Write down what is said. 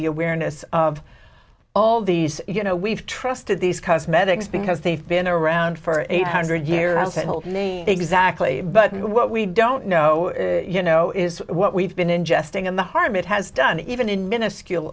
the awareness of all these you know we've trusted these cosmetics because they've been around for a hundred year old exactly but what we don't know you know is what we've been ingesting and the harm it has done even in minuscule